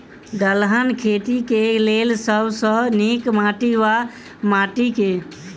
दलहन खेती केँ लेल सब सऽ नीक माटि वा माटि केँ?